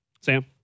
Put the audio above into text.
Sam